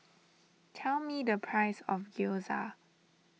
tell me the price of Gyoza